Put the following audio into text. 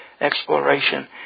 Exploration